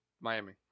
Miami